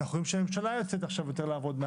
אנחנו רואים שבממשלה יוצאים עכשיו יותר לעבוד מן